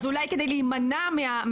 אז אולי כדי להימנע מזה,